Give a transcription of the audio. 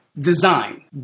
design